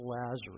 Lazarus